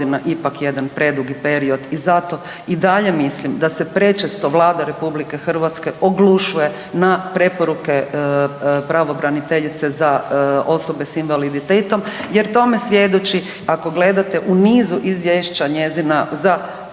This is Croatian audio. I zato i dalje mislim da se prečesto Vlada RH oglušuje na preporuke pravobraniteljice za osobe s invaliditetom jer tome svjedoči ako gledate u nizu izvješća njezina za '20.,